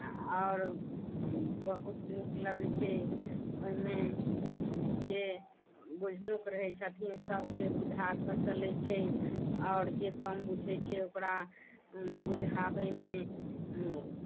आओर बहुत नीक लगै छै ओहिमे जे बुझनुक रहै छथिन सभके बुझा कऽ चलै छै आओर जे कम बुझै छै ओकरा बुझाबैमे